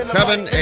Kevin